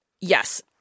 yes